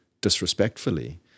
disrespectfully